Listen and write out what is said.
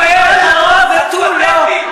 שלטון הרוב ותו לא.